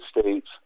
States